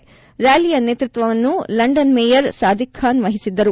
ರ್ಖಾಲಿಯ ನೇತೃತ್ವವನ್ನು London mayor Sadiq Khan ವಹಿಸಿದ್ದರು